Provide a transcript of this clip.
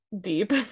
deep